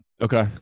okay